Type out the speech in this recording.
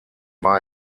war